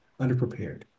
underprepared